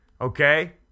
Okay